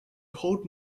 hold